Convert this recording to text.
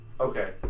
Okay